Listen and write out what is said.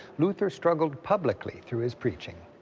luther struggled publicly through his preaching.